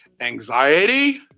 anxiety